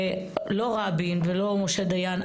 לא רבין ולא משה דיין,